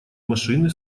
машины